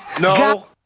No